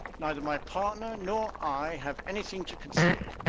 neither my partner nor i have anything to conceal.